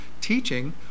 teaching